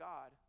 God